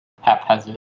haphazard